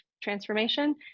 transformation